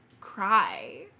cry